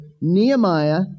Nehemiah